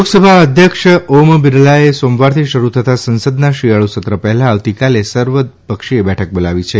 લોકસભાના અધ્યક્ષ ઓમ બિરલાએ સોમવારથી શરૂ થતાં સંસદના શિયાળુસત્ર પહેલા આવતીકાલે સર્વપક્ષીય બેઠક બોલાવી છે